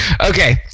Okay